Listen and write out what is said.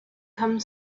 come